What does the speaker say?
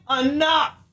enough